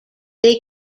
they